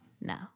no